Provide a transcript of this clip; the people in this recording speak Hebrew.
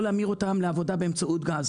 לא להמיר אותן לעבודה באמצעות גז.